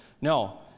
No